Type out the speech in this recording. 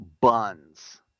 buns